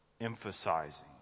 emphasizing